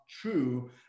true